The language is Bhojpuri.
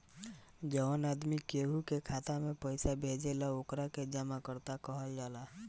जवन आदमी केहू के खाता में पइसा भेजेला ओकरा के जमाकर्ता कहल जाला